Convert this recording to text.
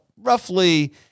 roughly